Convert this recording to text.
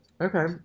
Okay